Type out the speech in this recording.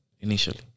initially